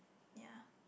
ya